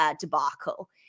debacle